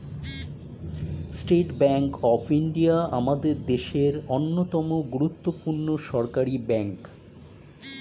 state Bank of India আমাদের দেশের অন্যতম গুরুত্বপূর্ণ সরকারি ব্যাঙ্ক